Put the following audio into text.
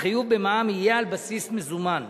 החיוב במע"מ יהיה על בסיס מזומן.